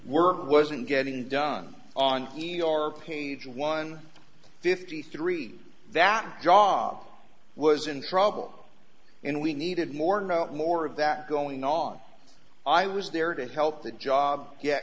work wasn't getting done on your page one fifty three that job was in trouble and we needed more no more of that going on i was there to help the job ye